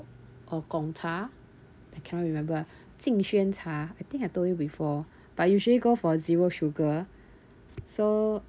or Gongcha I cannot remember 金萱茶 I think I told you before but usually go for zero sugar so